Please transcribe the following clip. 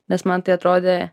nes man tai atrodė